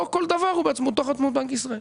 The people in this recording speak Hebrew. לא כל דבר הוא בעצמאות תחת בנק ישראל.